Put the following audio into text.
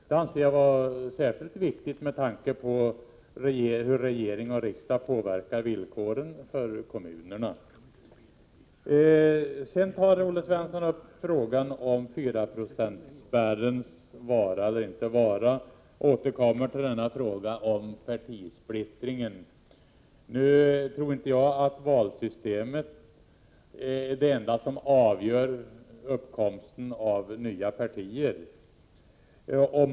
Detta anser jag vara särskilt viktigt med tanke på regerings och riksdags inverkan på kommunernas villkor. Olle Svensson tar vidare upp frågan om 4-procentsspärrens vara eller icke vara och återkommer till detta med partisplittringen. Jag tror inte att valsystemet är det enda som avgör huruvida nya partier uppstår.